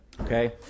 okay